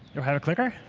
you have a clicker?